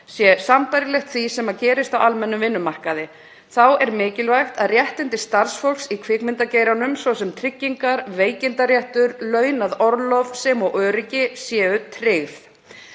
sé sambærilegt því sem gerist á almennum vinnumarkaði. Þá er mikilvægt að réttindi starfsfólks í kvikmyndageiranum, svo sem tryggingar, veikindaréttur, launað orlof sem og öryggi, séu tryggð.“